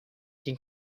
can